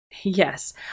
Yes